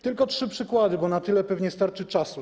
Tylko trzy przykłady, bo na tyle pewnie starczy czasu.